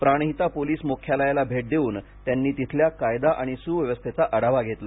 Pranhita police मुख्यालयाला भेट देऊन त्यांनी तिथल्या कायदा आणि सुव्यवस्थेचा आढावा घेतला